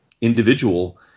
individual